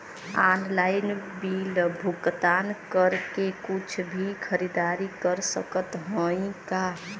Online bill भुगतान करके कुछ भी खरीदारी कर सकत हई का?